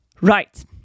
Right